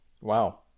Wow